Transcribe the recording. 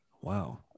Wow